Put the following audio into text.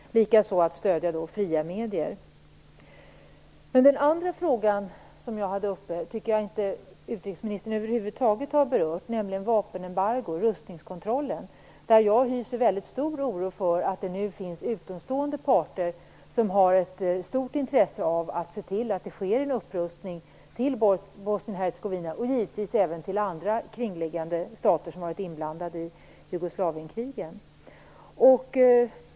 Likaså måste det handla om att stödja fria medier. Den andra frågan som jag tog upp tycker jag inte att utrikesministern har berört över huvud taget, nämligen frågan om vapenembargot och rustningskontrollen. Jag hyser väldigt stor oro för att det nu finns utomstående parter som har ett stort intresse av att se till att det sker en upprustning i Bosnien-Hercegovina och givetvis i andra kringliggande stater som har varit inblandade i Jugoslavien-krigen.